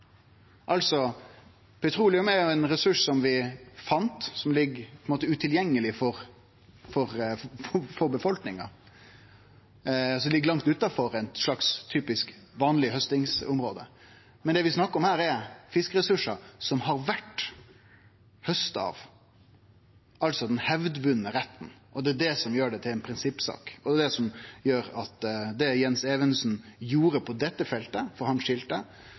Petroleum er ein ressurs vi fann, som på ein måte ligg utilgjengeleg for befolkninga, som ligg langt utanfor eit typisk vanleg haustingsområde. Det vi snakkar om her, er fiskeressursar som har vore hausta av, altså ein hevdvunnen rett. Det er det som gjer det til ei prinsippsak, og det er det som gjer at det Jens Evensen gjorde på dette feltet – for han